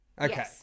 Okay